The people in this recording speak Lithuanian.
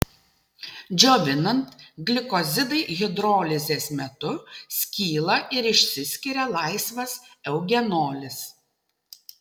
džiovinant glikozidai hidrolizės metu skyla ir išsiskiria laisvas eugenolis